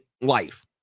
life